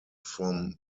from